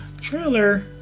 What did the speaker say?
trailer